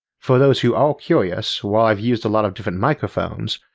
for those who are curious, while i've used a lot of different microphones,